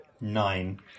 Nine